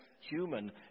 human